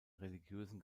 religiösen